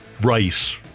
Rice